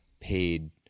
paid